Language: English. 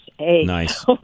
Nice